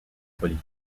folie